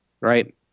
right